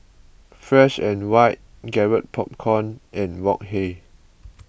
Fresh and White Garrett Popcorn and Wok Hey